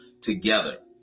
together